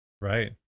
Right